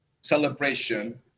celebration